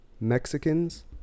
Mexicans